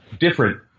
different